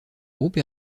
groupe